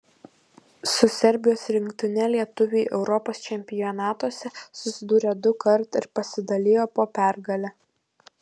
su serbijos rinktine lietuviai europos čempionatuose susidūrė dukart ir pasidalijo po pergalę